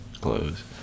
clothes